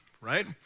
right